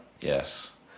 Yes